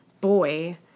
boy